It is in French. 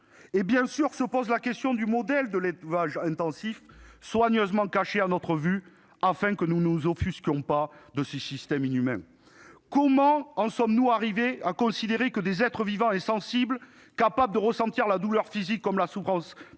En réalité, c'est la question du modèle de l'élevage intensif, soigneusement dissimulée pour que nous ne nous offusquions pas de ce système inhumain, qui se pose. Comment en sommes-nous arrivés à considérer que des êtres vivants et sensibles, capables de ressentir la douleur physique comme la souffrance